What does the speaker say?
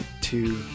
Two